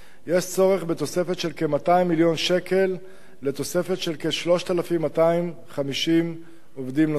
יש צורך בתוספת של כ-200 מיליון שקל לתוספת של כ-3,250 עובדים נוספים.